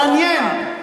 מעניין.